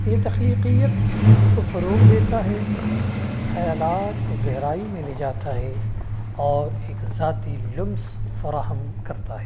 یہ تخلیقیت کو فروغ دیتا ہے خیالات کو گہرائی میں لے جاتا ہے اور ایک ذاتی لمس فراہم کرتا ہے